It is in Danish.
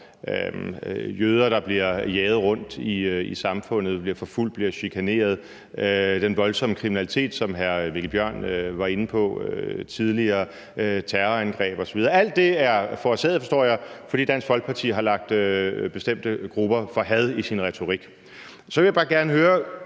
jøder, der bliver jaget rundt, bliver forfulgt og bliver chikaneret i samfundet, med den voldsomme kriminalitet, som hr. Mikkel Bjørn var inde på tidligere, og med terrorangreb osv. Alt det er forårsaget af, kan jeg forstå, at Dansk Folkeparti har lagt bestemte grupper for had i vores retorik. Så vil jeg bare gerne høre: